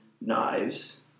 knives